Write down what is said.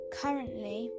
currently